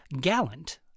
Gallant